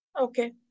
Okay